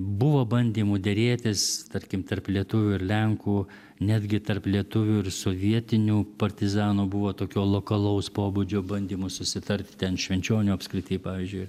buvo bandymų derėtis tarkim tarp lietuvių ir lenkų netgi tarp lietuvių ir sovietinių partizanų buvo tokio lokalaus pobūdžio bandymų susitarti ten švenčionių apskrity pavyzdžiui